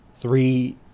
three